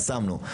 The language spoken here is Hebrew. אז שמנו.